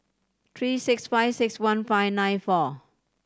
three six five six one five nine four